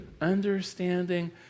understanding